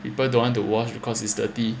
people don't want to wash because it's dirty